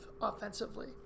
offensively